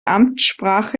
amtssprache